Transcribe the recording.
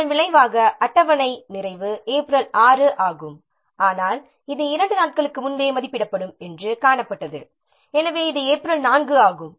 இதன் விளைவாக அட்டவணை நிறைவு ஏப்ரல் 6 ஆகும் ஆனால் இது 2 நாட்களுக்கு முன்பே மதிப்பிடப்படும் என்று காணப்பட்டது எனவே இது ஏப்ரல் 4 ஆகும்